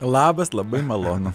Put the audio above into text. labas labai malonu